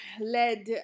led